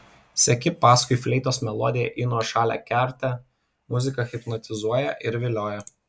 seki paskui fleitos melodiją į nuošalią kertę muzika hipnotizuoja ir vilioja